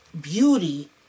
beauty